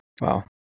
Wow